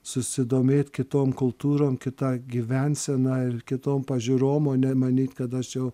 susidomėt kitom kultūrom kita gyvensena ir kitom pažiūrom nemanyt kad aš jau